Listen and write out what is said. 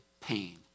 pain